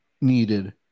needed